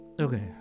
Okay